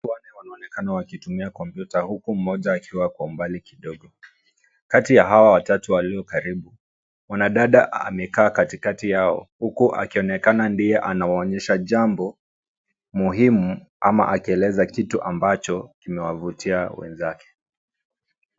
Watu wanaonekana wakitumia kompyuta huku mmoja akiwa kwa mbali kidogo. Kati ya hawa watatu walio karibu, mwanadada amekaa katikati yao, huku akionekana ndiye anawaonyesha jambo muhimu, ama akieleza kitu ambacho kimewavutia wenzake.